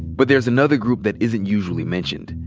but there's another group that isn't usually mentioned,